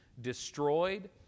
destroyed